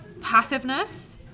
passiveness